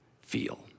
feel